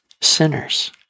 sinners